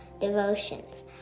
devotions